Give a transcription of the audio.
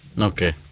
Okay